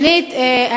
שנית,